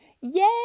yay